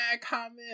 comment